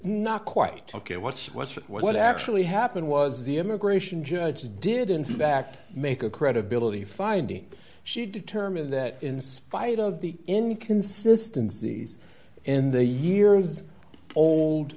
not quite ok what's what's what actually happened was the immigration judge did in fact make a credibility finding she determined that in spite of the inconsistency in the years old